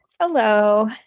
Hello